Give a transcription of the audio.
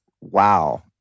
Wow